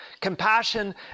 Compassion